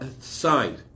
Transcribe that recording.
side